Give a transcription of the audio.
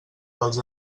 dels